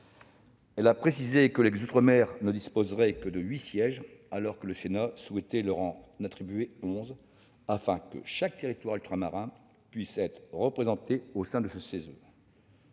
ont précisé que les outre-mer ne disposeraient que de huit sièges, alors que le Sénat souhaitait leur en attribuer onze, afin que chaque territoire ultramarin puisse être représenté au sein du CESE.